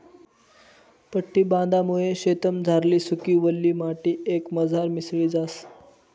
पट्टी बांधामुये शेतमझारली सुकी, वल्ली माटी एकमझार मिसळी जास